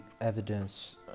evidence